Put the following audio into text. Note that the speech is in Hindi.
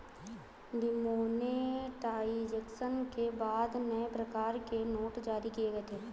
डिमोनेटाइजेशन के बाद नए प्रकार के नोट जारी किए गए थे